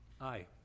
Aye